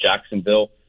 Jacksonville